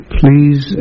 please